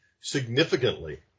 significantly